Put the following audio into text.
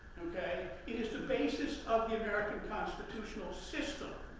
okay? it is the basis of the american constitutional system.